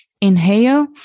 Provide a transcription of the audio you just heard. Inhale